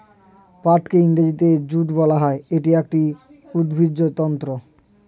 পাটকে ইংরেজিতে জুট বলা হয়, এটি একটি উদ্ভিজ্জ তন্তু